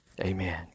Amen